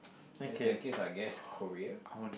yes that case I guess Korea